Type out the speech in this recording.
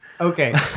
Okay